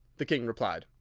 the king replied.